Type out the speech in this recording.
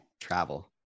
travel